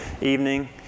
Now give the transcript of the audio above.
evening